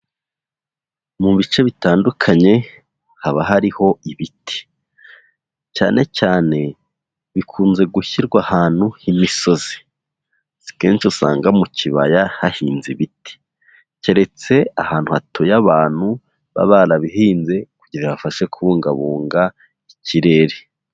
Mu bice bitandukanye haba hariho ibiti, cyane cyane bikunze gushyirwa ahantu h'imisozi, si kenshi usanga mu kibaya hahinze ibiti, keretse ahantu hatuye abantu baba barabihinze kugira ngo bafashe kubungabunga ikirere.